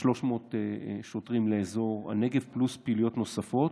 300 שוטרים לאזור הנגב פלוס פעילויות נוספות.